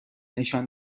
نشان